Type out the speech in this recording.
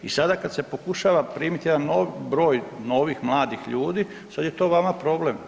I sada kada se pokušava primiti jedan broj novih mladih ljudi sad je vama to problem.